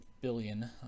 billion